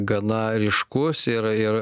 gana ryškus ir ir